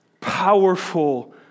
powerful